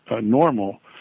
normal